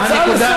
זו שאלה נוספת.